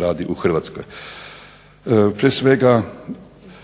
radi u Hrvatskoj.